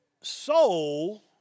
soul